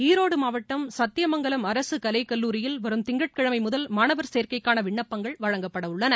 ஈரோடு மாவட்டம் சத்தியமங்கலம் அரசு கலைக்கல்லூரியில் வரும் திங்கட்கிழமை முதல் மாணவர் சேர்க்கைக்கான விண்ணப்பங்கள் வழங்கப்பட உள்ளன